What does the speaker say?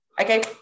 Okay